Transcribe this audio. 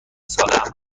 سالهام